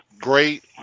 great